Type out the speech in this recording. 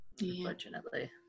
Unfortunately